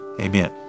amen